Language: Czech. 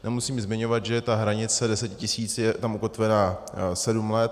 Nemusím zmiňovat, že ta hranice 10 000 je tam ukotvena sedm let.